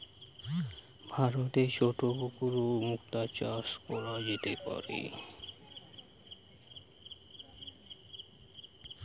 ভারতে ছোট পুকুরেও মুক্তা চাষ কোরা যেতে পারে